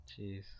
Jeez